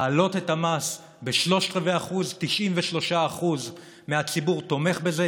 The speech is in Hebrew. להעלות את המס ב-0.75% 93% מהציבור תומכים בזה,